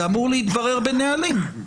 זה אמור להתברר בנהלים.